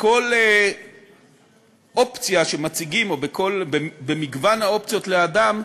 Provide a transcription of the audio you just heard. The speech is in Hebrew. בכל אופציה שמציגים, או במגוון האופציות לאדם,